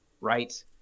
right